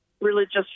religious